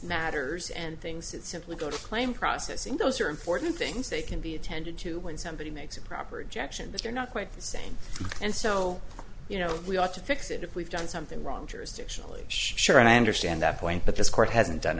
matters and things that simply go to claim processing those are important things they can be attended to when somebody makes a proper objection but they're not quite the same and so you know we ought to fix it if we've done something wrong jurisdictionally sure i understand that point but this court hasn't done